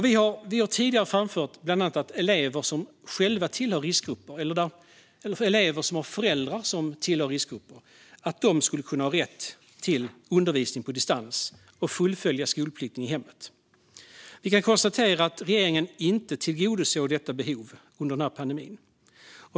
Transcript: Vi har tidigare framfört bland annat att elever som själva tillhör riskgrupper eller som har föräldrar som tillhör riskgrupper ska kunna få rätt till undervisning på distans och fullfölja skolplikten i hemmet. Vi kan konstatera att regeringen inte har tillgodosett detta behov under pandemin.